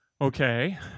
Okay